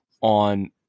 on